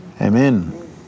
amen